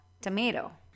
tomato